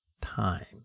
time